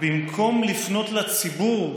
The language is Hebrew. במקום לפנות לציבור,